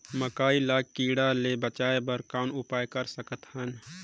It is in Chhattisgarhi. मकई ल कीड़ा ले बचाय बर कौन उपाय कर सकत हन?